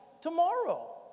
tomorrow